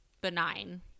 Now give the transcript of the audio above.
benign